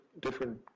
different